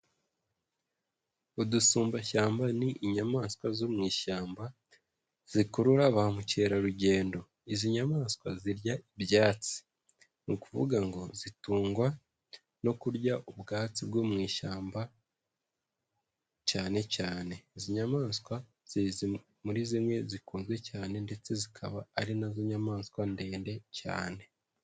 Udusumbashyamba ni inyamaswa zo mu ishyamba zikurura ba mukerarugendo, izi nyamaswa zirya ibyatsi, ni ukuvuga ngo zitungwa no kurya ubwatsi bwo mu ishyamba cyane cyane, izi nyamaswa zizwi muri zimwe zikunzwe cyane ndetse zikaba ari na zo nyamaswa ndende cyane.